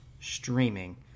streaming